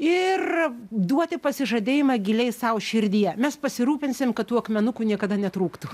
ir duoti pasižadėjimą giliai sau širdyje mes pasirūpinsim kad tų akmenukų niekada netrūktų